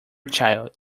child